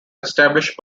establish